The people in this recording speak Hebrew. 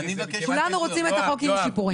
כולנו רוצים את החוק, עם השיפורים.